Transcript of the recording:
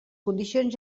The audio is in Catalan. condicions